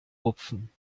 rupfen